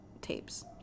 tapes